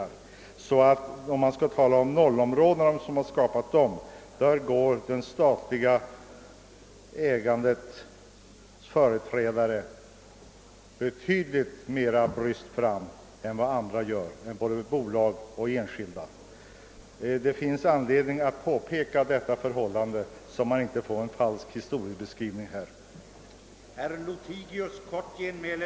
I frågan om vilka som skapat 0-områden vill jag säga att det statliga ägandets företrädare går betydligt bryskare fram än Övriga skogsägare, både bolag och enskilda personer. Det finns anledning att ta upp detta förhållande för att en falsk historieskrivning inte skall stå oemotsagd.